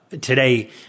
today